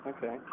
Okay